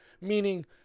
meaning